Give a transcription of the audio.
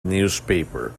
newspaper